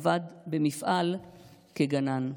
עבד במפעל כגנן.